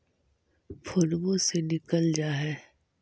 फोनवो से निकल जा है?